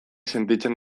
sentitzen